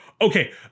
Okay